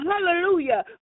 hallelujah